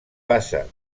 passa